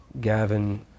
Gavin